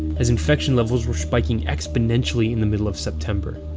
as infection levels were spiking exponentially in the middle of september.